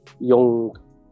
young